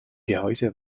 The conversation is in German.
gehäuse